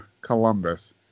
Columbus